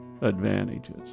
advantages